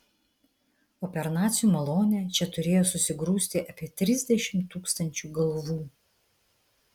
o per nacių malonę čia turėjo susigrūsti apie trisdešimt tūkstančių galvų